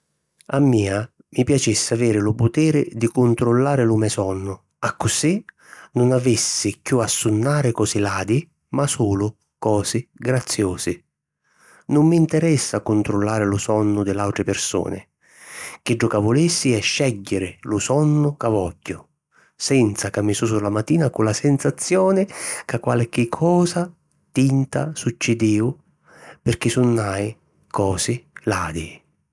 A mia mi piacissi aviri lu putiri di cuntrullari lu me sonnu accussì nun avissi chiù a sunnari cosi ladi ma sulu cosi graziusi. Nun m'interessa cuntrullari lu sonnu di l'àutri pirsuni. Chiddu ca vulissi iu è scègghiri lu sonnu ca vogghiu, senza ca mi susu la matina cu la sensazioni ca qualchi cosa tinta succidìu pirchì sunnai cosi ladi.